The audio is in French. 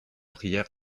prière